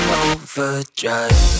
overdrive